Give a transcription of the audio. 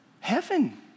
heaven